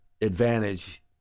advantage